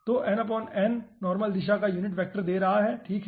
तो नॉर्मल दिशा का यूनिट वेक्टर दे रहा है ठीक है